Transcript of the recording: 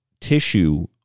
tissue